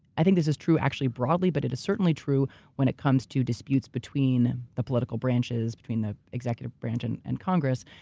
i think this is true actually broadly, but it is certainly true when it comes to disputes between the political branches, between the executive branch and and congress,